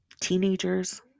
teenagers